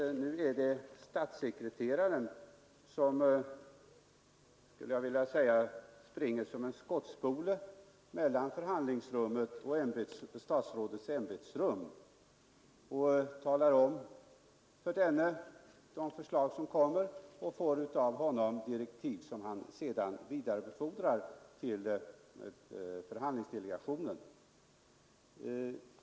Nu är det statssekreteraren som, skulle jag vilja säga, springer som en skottspole mellan förhandlingsrummet och statsrådets ämbetsrum och g som framställs och av statsrådet får talar om för statsrådet de förs direktiv som statssekreteraren sedan vidarebefordrar till förhandlingsdelegationen.